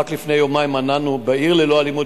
רק לפני יומיים באמצעות "עיר ללא אלימות"